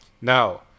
Now